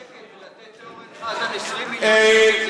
ולתת לאורן חזן 20 מיליון שקל זה כן מוסרי?